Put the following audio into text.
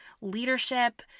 leadership